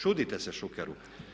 Čudite se Šukeru!